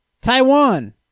Taiwan